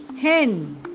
hen